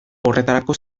horretarako